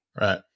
Right